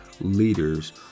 leaders